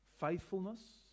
Faithfulness